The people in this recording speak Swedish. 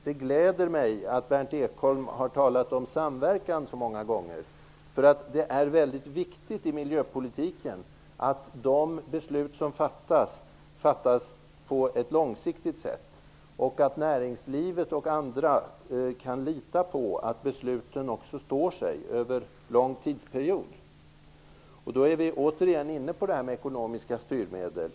Det gläder mig att Berndt Ekholm så många gånger talade om samverkan. Det är nämligen väldigt viktigt i miljöpolitiken att de beslut som fattas fattas på ett långsiktigt sätt och att näringslivet och andra kan lita på att besluten också står sig över en lång tidsperiod. Då är vi åter inne på detta med ekonomiska styrmedel.